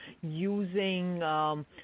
using